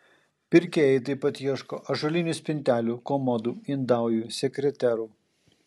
pirkėjai taip pat ieško ąžuolinių spintelių komodų indaujų sekreterų